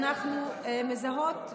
אנחנו מזהות,